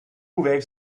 wave